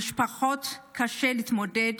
למשפחות קשה להתמודד